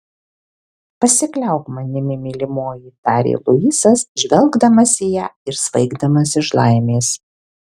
pasikliauk manimi mylimoji tarė luisas žvelgdamas į ją ir svaigdamas iš laimės